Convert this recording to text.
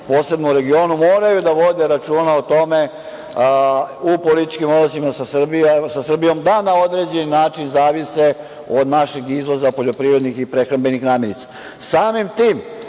posebno u regionu, moraju da vode računa o tome u političkim odnosima sa Srbijom, da na određeni način zavise od našeg izvoza poljoprivrednih i prehrambenih namirnica. Samim tim,